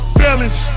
balance